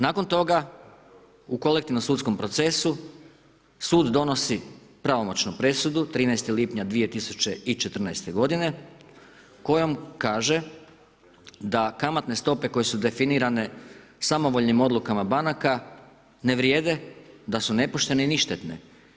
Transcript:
Nakon toga, u kolektivnom sudskom procesu sud donosi pravomoćnu presudu 13. lipnja 2014. godine kojom kaže da kamatne stope koje su definirane samovoljnim odlukama banaka ne vrijede, da su nepoštene i ništetne.